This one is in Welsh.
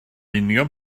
union